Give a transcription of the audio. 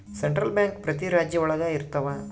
central bank ಪ್ರತಿ ರಾಜ್ಯ ಒಳಗ ಇರ್ತವ